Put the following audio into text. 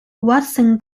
watson